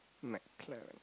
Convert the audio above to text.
McLaren